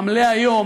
עמלי היום,